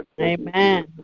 Amen